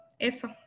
eso